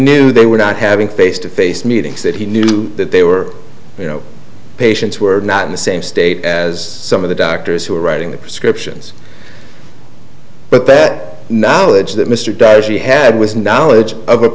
knew they were not having face to face meetings that he knew that they were you know patients were not in the same state as some of the doctors who were writing the prescriptions but that knowledge that mr daschle had was knowledge of a